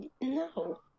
No